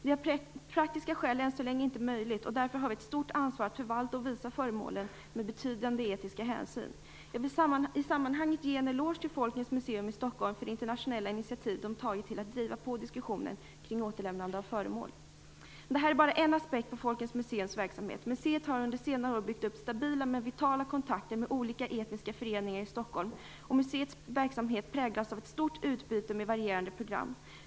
Det är av praktiska skäl än så länge inte möjligt, och därför har vi ett stort ansvar att förvalta och visa föremålen med betydande etiska hänsyn. Jag vill i sammanhanget ge en eloge till Folkens Museum i Stockholm för det internationella initiativ man tagit till att driva på diskussionen kring återlämnande av föremål. Men detta är bara en aspekt på Folkens museums verksamhet. Museet har under senare år byggt upp stabila men vitala kontakter med olika etniska föreningar i Stockholm, och museets verksamhet präglas av ett stort utbyte med varierande program.